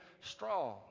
strong